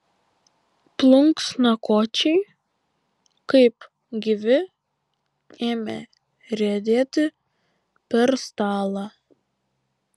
plunksnakočiai kaip gyvi ėmė riedėti per stalą